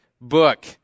book